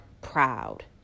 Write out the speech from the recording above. proud